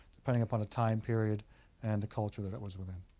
depending upon the time period and the culture that it was within.